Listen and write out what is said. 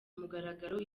mugaragaro